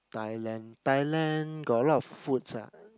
Thailand Thailand got a lot of foods ah